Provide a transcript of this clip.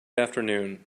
afternoon